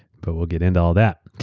but we'll get into all that.